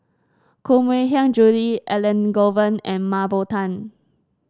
Koh Mui Hiang Julie Elangovan and Mah Bow Tan